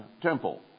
temple